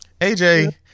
AJ